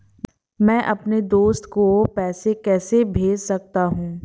मैं अपने दोस्त को पैसे कैसे भेज सकता हूँ?